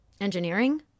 engineering